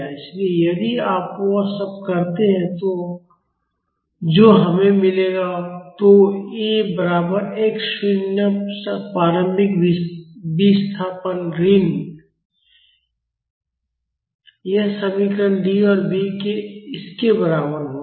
इसलिए यदि आप वह सब करते हैं जो हमें मिलेगा तो A बराबर x शून्य प्रारंभिक विस्थापन ऋण यह समीकरण D और B इसके बराबर होंगे